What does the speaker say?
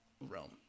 realm